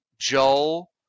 Joel